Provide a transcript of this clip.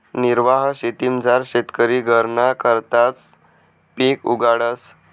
निर्वाह शेतीमझार शेतकरी घरना करताच पिक उगाडस